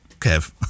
kev